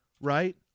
Right